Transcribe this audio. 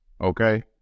Okay